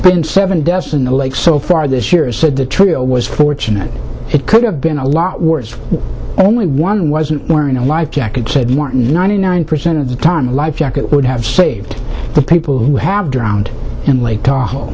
been seven deaths in the lake so far this year said the trio was fortunate it could have been a lot worse and only one wasn't wearing a life jacket said martin ninety nine percent of the time life jacket would have saved the people who have drowned in lake tahoe